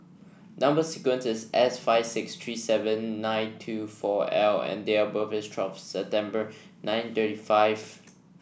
number sequence is S five six three seven nine two four L and date of birth is twelve September nine thirty five